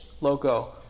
logo